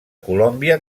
colòmbia